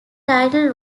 title